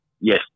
yes